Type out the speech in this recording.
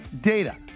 data